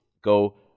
go